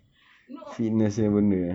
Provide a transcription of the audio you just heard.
no